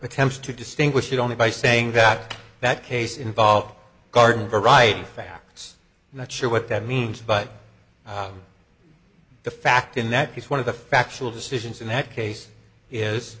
attempts to distinguish it only by saying that that case involved garden variety facts not sure what that means but the fact in that case one of the factual decisions in that case is